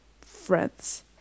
friends